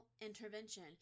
intervention